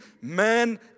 man